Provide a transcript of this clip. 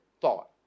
thought